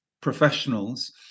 professionals